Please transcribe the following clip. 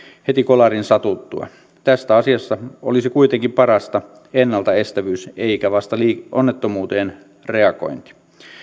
heti kolarin satuttua tässä asiassa olisi kuitenkin parasta ennaltaestävyys eikä vasta onnettomuuteen reagointi